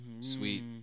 sweet